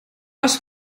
last